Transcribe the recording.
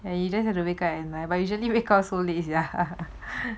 and you just have to wake up at like but usually you wake up so late sia